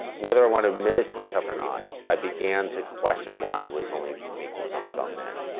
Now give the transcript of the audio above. whether i wanna admit it to myself or not, i began to question why i was only making films about men.